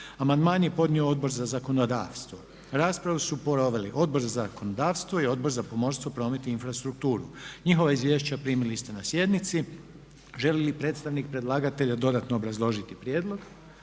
Amandman je podnio Odbor za zakonodavstvo. Raspravu su proveli Odbor za zakonodavstvo i Odbor za pomorstvo, promet i infrastrukturu. Njihova izvješća primili ste na sjednici. Želi li predstavnik predlagatelja dodatno obrazložiti prijedlog?